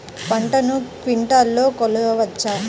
పంటను క్వింటాల్లలో కొలవచ్చా?